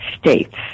states